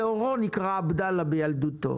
אם התירו זאת השרים במפורש וכפי שהתירו.